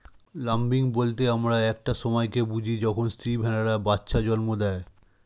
lambing বলতে আমরা একটা সময় কে বুঝি যখন স্ত্রী ভেড়ারা বাচ্চা জন্ম দেয়